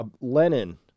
Lenin